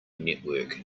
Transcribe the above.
network